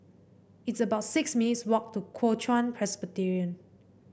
it's about six minutes' walk to Kuo Chuan Presbyterian